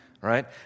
right